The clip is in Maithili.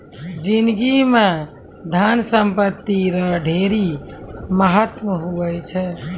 जिनगी म धन संपत्ति रो ढेरी महत्व हुवै छै